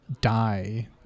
die